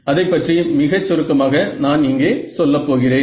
அதைப்பற்றி மிகச் சுருக்கமாக நான் இங்கே சொல்லப் போகிறேன்